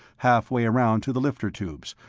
halfway around to the lifter tubes,